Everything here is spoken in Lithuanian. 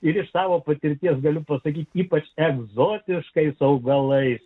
ir iš savo patirties galiu pasakyti ypač egzotiškais augalais